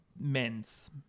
men's